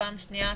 ופעם שנייה,